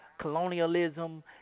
colonialism